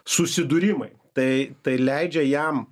susidūrimai tai tai leidžia jam